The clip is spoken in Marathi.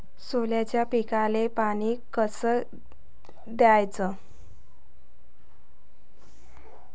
सोल्याच्या पिकाले पानी कस द्याचं?